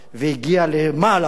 והגיע למעלה,